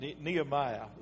Nehemiah